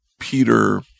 Peter